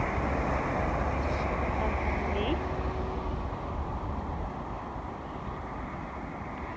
आं अंजी